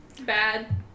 bad